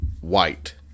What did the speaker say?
white